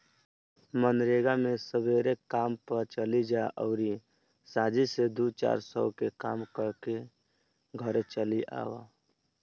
मनरेगा मे सबेरे काम पअ चली जा अउरी सांझी से दू चार सौ के काम कईके घरे चली आवअ